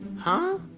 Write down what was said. huh?